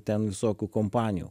ten visokių kompanijų